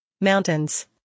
mountains